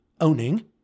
owning